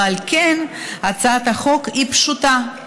ועל כן הצעת החוק היא פשוטה: